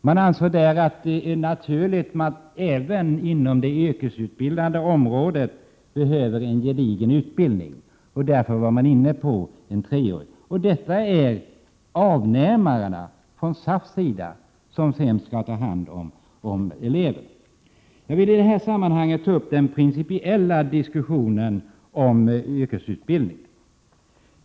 ÖGY ansåg att det är naturligt att även eleverna på de yrkesinriktade linjerna behöver en gedigen utbildning. Därför stannade man för att föreslå tre år. SAF representerar ju avnämarna, de som sedan skall ta hand om eleverna. Jag vill i det här sammanhanget ta upp den principiella diskussionen om yrkesutbildningen.